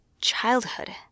childhood